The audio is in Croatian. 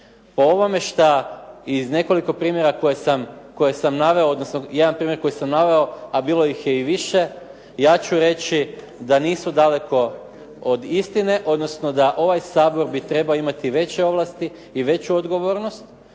Po ovome šta iz nekoliko primjera koje sam naveo odnosno jedan primjer koji sam naveo a bilo ih je i više ja ću reći da nisu daleko od istine odnosno da ovaj Sabor bi trebao imati veće ovlasti i veću odgovornost